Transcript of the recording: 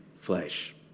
flesh